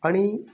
आनी